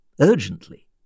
urgently